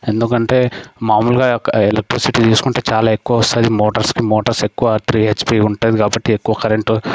ఎందుకంటే మామూలుగా ఒక ఎలక్ట్రిసిటీ తీసుకుంటే చాలా ఎక్కువ వస్తుంది మోటార్స్కి మోటార్స్ ఎక్కువ త్రి హెచ్పి ఉంటుంది కాబట్టి ఎక్కువ కరెంటు